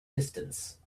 distance